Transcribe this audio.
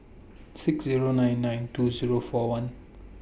six Zero nine nine two Zero four one